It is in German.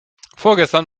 vorgestern